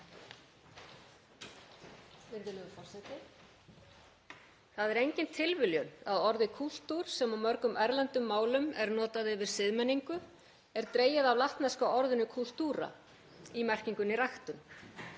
Það er engin tilviljun að orðið kúltúr, sem í mörgum erlendum málum er notað yfir siðmenningu, er dregið af latneska orðinu „cultura“ í merkingunni ræktun.